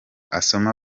asoma